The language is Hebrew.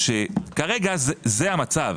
כרגע זה המצב.